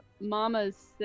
Mama's